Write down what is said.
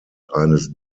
eines